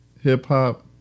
hip-hop